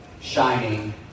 shining